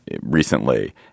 Recently